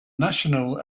national